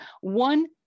one